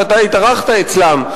שאתה התארחת אצלם,